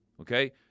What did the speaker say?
Okay